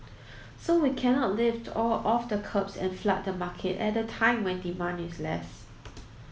so we cannot lift all of the curbs and flood the market at a time when demand is less